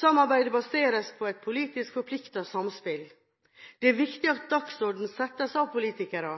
Samarbeidet baseres på et politisk forpliktende samspill. Det er viktig at dagsorden settes av politikere.